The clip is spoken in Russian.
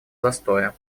застоя